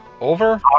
over